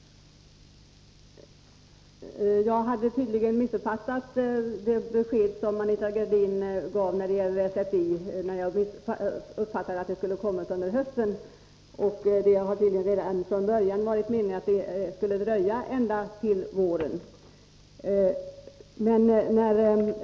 Jag hade tydligen missuppfattat det besked Anita Gradin gav när det gäller svenska för invandrare. Jag uppfattade att förslaget skulle kommit under hösten. Det har tydligen redan från början varit meningen att det skulle dröja till våren.